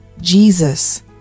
Jesus